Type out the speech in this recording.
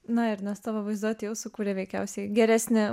na ir nes tavo vaizduotė jau sukuria veikiausiai geresnį